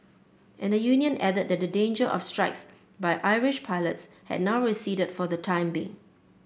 and the union added that the danger of strikes by Irish pilots had now receded for the time being